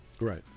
Right